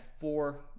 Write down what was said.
four